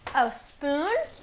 a spoon,